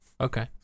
Okay